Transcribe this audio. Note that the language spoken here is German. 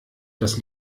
das